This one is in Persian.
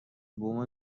بوم